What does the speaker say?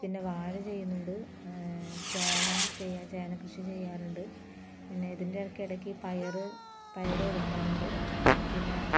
പിന്നെ വാഴ ചെയ്യുന്നുണ്ട് ചേന ചേനക്കൃഷി ചെയ്യാറുണ്ട് പിന്നെ ഇതിൻ്റെയൊക്കെ ഇടയ്ക്ക് പയർ പയർ വിതയ്ക്കാറുണ്ട് പിന്നെ